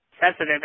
sensitive